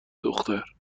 دختر